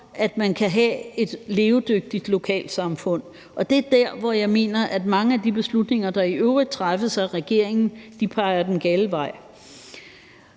at man kan have et levedygtigt lokalsamfund. Det er der, hvor jeg mener, at mange af de beslutninger, der i øvrigt træffes af regeringen, peger den gale vej.